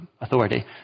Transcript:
authority